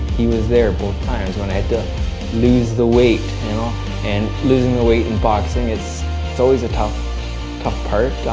he was there both times. when i had to lose the weight and losing the weight in boxing it's always a tough tough part,